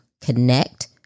connect